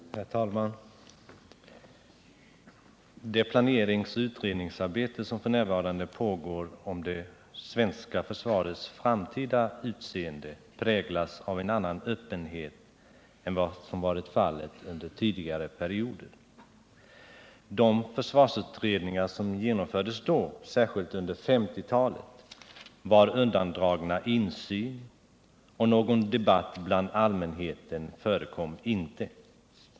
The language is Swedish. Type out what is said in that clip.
Herr talman! Det planeringsoch utredningsarbete som f. n. pågår om det svenska försvarets framtida utseende präglas av en annan öppenhet än vad som varit fallet under tidigare perioder. De försvarsutredningar som genomfördes då, särskilt under 1950-talet, var undandragna insyn, och någon debatt bland allmänheten förekom inte.